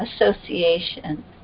association